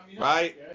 right